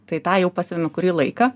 tai tą jau pastebime kurį laiką